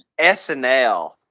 SNL